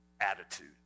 attitude